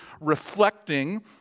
reflecting